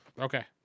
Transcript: Okay